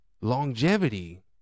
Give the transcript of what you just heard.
Longevity